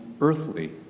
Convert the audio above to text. earthly